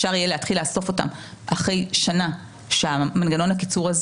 אפשר יהיה להתחיל לאסוף אותם אחרי שנה שמנגנון הקיצור הזה